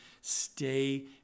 Stay